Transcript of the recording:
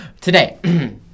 today